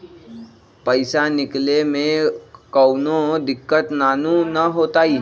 पईसा निकले में कउनो दिक़्क़त नानू न होताई?